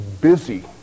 busy